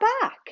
back